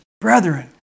brethren